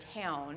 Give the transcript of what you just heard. town